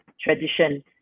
tradition